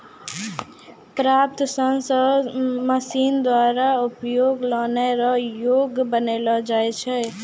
प्राप्त सन से मशीन द्वारा उपयोग लानै रो योग्य बनालो जाय छै